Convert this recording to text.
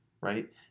right